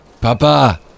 Papa